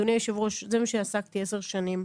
אדוני היושב-ראש, זה מה שעסקתי עשר שנים,